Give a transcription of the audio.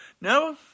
No